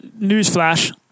newsflash